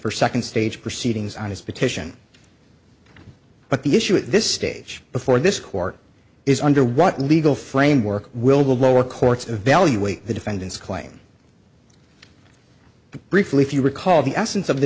for second stage proceedings on his petition but the issue at this stage before this court is under what legal framework will the lower courts evaluate the defendant's claim that briefly if you recall the essence of the